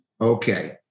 Okay